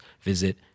visit